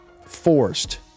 forced